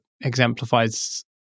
exemplifies